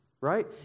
Right